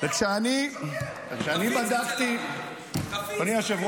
וכשאני בדקתי -- הוא משקר.